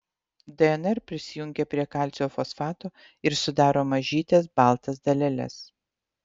dnr prisijungia prie kalcio fosfato ir sudaro mažytes baltas daleles